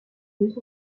deux